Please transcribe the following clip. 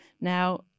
Now